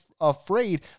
afraid